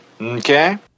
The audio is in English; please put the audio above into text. Okay